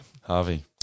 Harvey